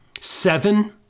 Seven